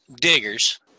Diggers